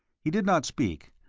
he did not speak,